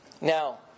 Now